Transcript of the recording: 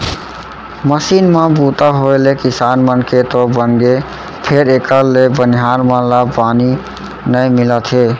machine म बूता होय ले किसान मन के तो बनगे फेर एकर ले बनिहार मन ला बनी नइ मिलत हे